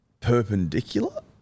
perpendicular